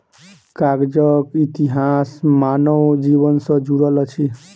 कागजक इतिहास मानव जीवन सॅ जुड़ल अछि